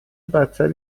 بدتر